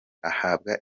ahabwa